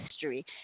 history